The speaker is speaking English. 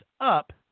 up